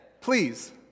please